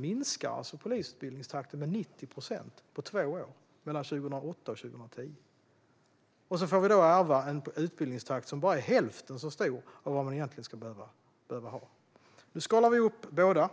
Ni minskade alltså polisutbildningstakten med 90 procent på två år mellan 2008 och 2010, så då fick vi ärva en utbildningstakt som bara är hälften så hög som vad vi egentligen behöver. Nu skalar vi upp båda